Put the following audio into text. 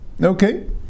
Okay